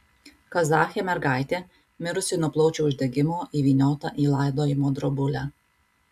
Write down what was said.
kazachė mergaitė mirusi nuo plaučių uždegimo įvyniota į laidojimo drobulę